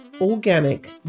organic